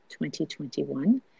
2021